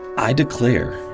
i declare,